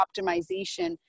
optimization